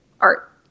art